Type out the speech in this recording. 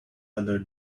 other